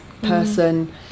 person